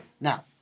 Now